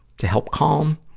to help calm,